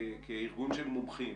כארגון של מומחים,